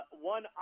one